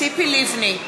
ציפי לבני,